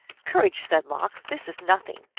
courage, said lox this is nothing.